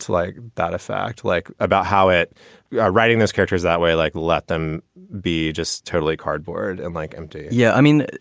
like a fact like about how it writing this captures that way. like let them be just totally cardboard and like, empty yeah. i mean,